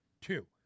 two